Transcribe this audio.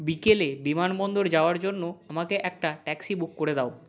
বিকেলে বিমানবন্দর যাওয়ার জন্য আমাকে একটা ট্যাক্সি বুক করে দাও